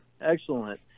Excellent